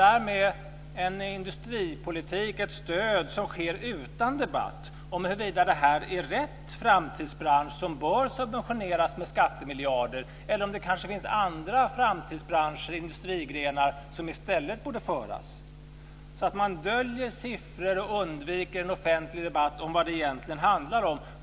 Därmed är det ett stöd som ges utan debatt om huruvida detta är rätt framtidsbransch som bör subventioneras med skattemiljarder eller om det kanske finns andra framtidsbranscher och industrigrenar som i stället borde subventioneras. Man döljer siffror och undviker en offentlig debatt om vad det egentligen handlar om.